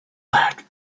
laughed